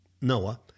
Noah